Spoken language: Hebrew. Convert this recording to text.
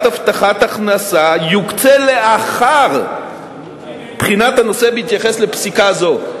הבטחת הכנסה יוקצה לאחר בחינת הנושא בהתייחס לפסיקה זו".